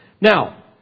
Now